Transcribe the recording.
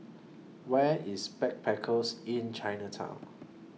Where IS Backpackers Inn Chinatown